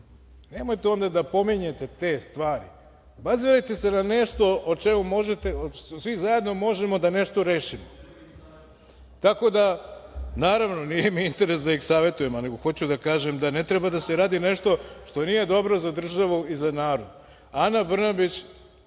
Nemojte onda da pominjete te stvari. Bazirajte se na nešto o čemu svi zajedno možemo da nešto rešimo. Naravno, nije mi interes da ih savetujem, nego hoću da kažem da ne treba da se radi nešto što nije dobro za državu i za narod. Ana Brnabić